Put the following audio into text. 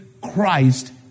Christ